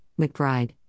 McBride